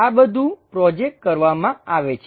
આ બધું પ્રોજેકટ કરવામાં આવે છે